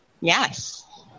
Yes